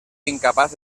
incapaç